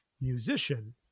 musician